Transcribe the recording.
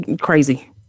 crazy